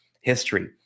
history